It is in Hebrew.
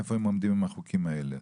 איפה הם עומדים עם החוקים האלה,